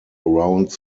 around